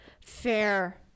fair